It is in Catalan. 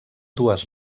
dues